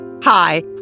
Hi